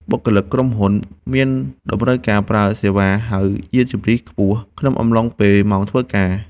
បុគ្គលិកក្រុមហ៊ុនមានតម្រូវការប្រើសេវាហៅយានជំនិះខ្ពស់ ក្នុងអំឡុងពេលម៉ោងធ្វើការ។